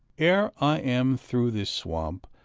ere i am through this swamp,